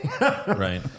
Right